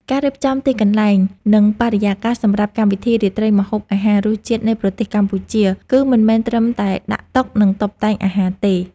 ការរៀបចំទីកន្លែង និងបរិយាកាសសម្រាប់កម្មវិធីរាត្រីម្ហូបអាហារ “រសជាតិនៃប្រទេសកម្ពុជា” គឺមិនមែនត្រឹមតែដាក់តុ និងតុបតែងអាហារទេ